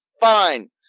fine